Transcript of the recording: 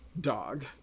dog